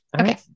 Okay